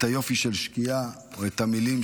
את היופי של שקיעה או את המילים.